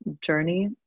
journey